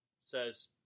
Says